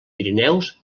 pirineus